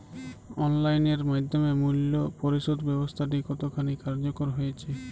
Online এর মাধ্যমে মূল্য পরিশোধ ব্যাবস্থাটি কতখানি কার্যকর হয়েচে?